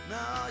Now